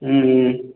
ம் ம்